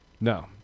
No